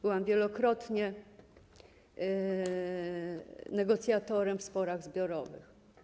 Byłam wielokrotnie negocjatorem w sporach zbiorowych.